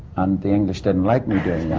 and the english didn't like me